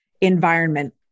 environment